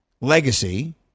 legacy